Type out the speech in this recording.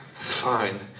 fine